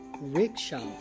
rickshaw